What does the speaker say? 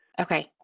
Okay